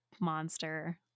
monster